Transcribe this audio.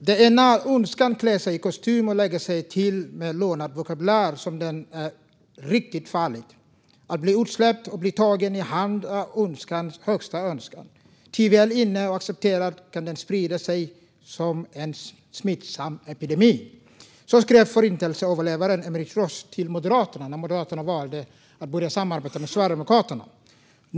Herr talman! "Det är när ondskan klär sig i kostym och lägger sig till med lånad vokabulär, som den är riktigt farlig. Att bli insläppt och bli tagen i hand är ondskans högsta önskan, ty väl inne och accepterad, kan den sprida sig som en smittsam epidemi." Så skrev förintelseöverlevaren Emerich Roth till Moderaterna när Moderaterna valde att börja samarbeta med Sverigedemokraterna.